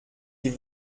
die